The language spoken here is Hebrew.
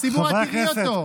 הציבור, את תראי אותו.